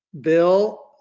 bill